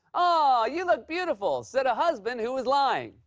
ah you look beautiful said a husband who was lying.